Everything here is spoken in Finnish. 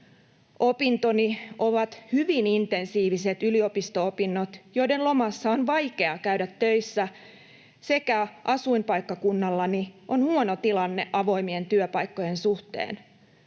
Opintoni ovat hyvin intensiiviset yliopisto-opinnot, joiden lomassa on vaikeaa käydä töissä, sekä asuinpaikkakunnallani on huono tilanne avoimien työpaikkojen suhteen.